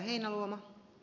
kiitän ed